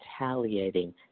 retaliating